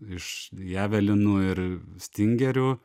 iš javelinų ir stingerių